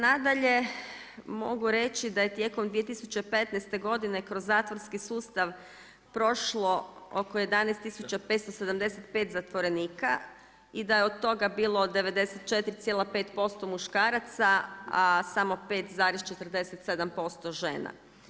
Nadalje mogu reći da je tijekom 2015. godine kroz zatvorski sustav prošlo oko 11 tisuća 575 zatvorenika i da je od toga bilo 94,5% muškaraca a samo 5,47% žena.